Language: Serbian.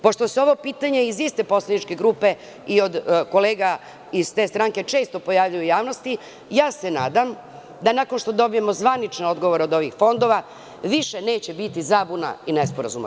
Pošto se ovo pitanje iz iste poslaničke grupe i od kolega iz te stranke često pojavljuje u javnosti, nadam se da nakon što dobijemo zvanične odgovore od ovih fondova više neće biti zabuna i nesporazuma.